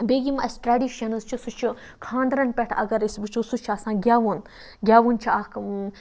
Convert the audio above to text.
بیٚیہِ یِم اَسہِ ٹریٚڈِشَنٕز چھِ سُہ چھُ خانٛدرَن پیٹھ اَگَر أسۍ وٕچھو سُہ چھُ آسان گیٚوُن گیٚوُن چھُ اکھ